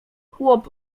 chłop